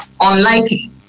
unlikely